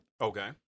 Okay